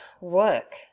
work